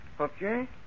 Okay